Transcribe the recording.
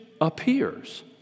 appears